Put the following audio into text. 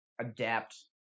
adapt